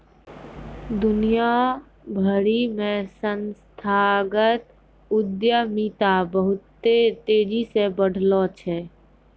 दुनिया भरि मे संस्थागत उद्यमिता बहुते तेजी से बढ़लो छै